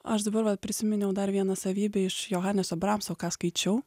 aš dabar va prisiminiau dar vieną savybę iš johaneso bramso ką skaičiau